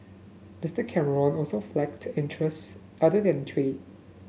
Mister Cameron also flagged interests other than trade